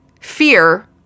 Fear